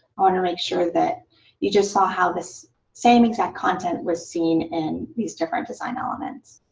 want to make sure that you just saw how this same exact content was seen in these different design elements.